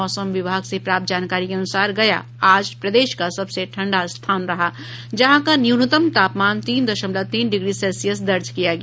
मौसम विभाग से प्राप्त जानकारी के अनुसार गया आज प्रदेश का सबसे ठंडा स्थान रहा जहां का न्यूनतम तापमान तीन दशमलव तीन डिग्री सेल्सियस दर्ज किया गया